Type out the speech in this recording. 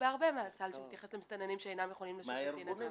בהרבה מהסל שמתייחס למסתננים שאינם יכולים לשוב למדינתם,